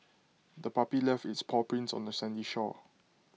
the puppy left its paw prints on the sandy shore